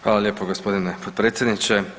Hvala lijepo g. potpredsjedniče.